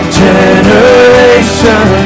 generation